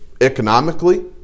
economically